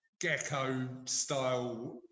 gecko-style